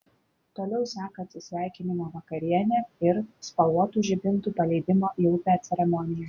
toliau seka atsisveikinimo vakarienė ir spalvotų žibintų paleidimo į upę ceremonija